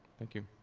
thank you.